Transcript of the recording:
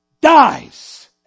Dies